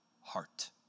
heart